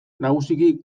nagusiki